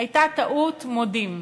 הייתה טעות, מודים.